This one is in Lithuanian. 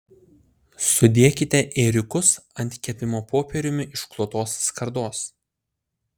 sudėkite ėriukus ant kepimo popieriumi išklotos skardos